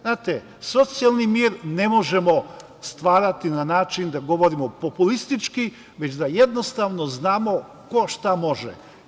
Znate, socijalni mir ne možemo stvarati na način da govorimo populistički, već da jednostavno znamo ko šta može.